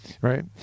Right